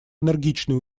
энергичные